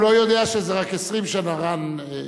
הוא לא יודע שזה רק 20 שנה, רן.